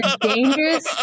dangerous